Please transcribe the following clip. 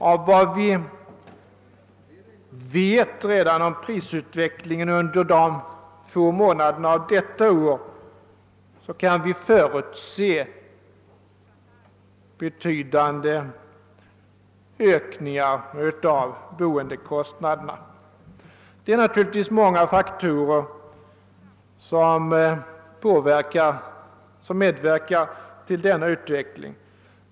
Med hänsyn till vad vi redan vet om prisutvecklingen under de första två månaderna i år kan vi förutse betydande ökningar av boendekostnaderna. Det är naturligtvis många faktorer som medverkar till denna utveckling.